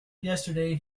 yesterday